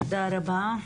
תודה רבה.